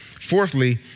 Fourthly